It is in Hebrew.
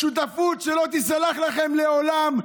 שותפות שלא תיסלח לכם לעולם,